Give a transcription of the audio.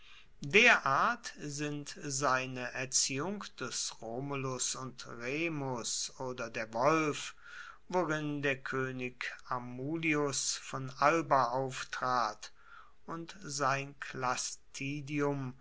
derart sind seine erziehung des romulus und remus oder der wolf worin der koenig amulius von alba auftrat und sein